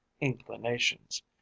inclinations